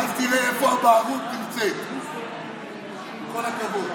ואז תראה איפה הבערות נמצאת, עם כל הכבוד.